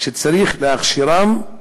מהחברה הערבית, שצריך להכשירם.